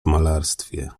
malarstwie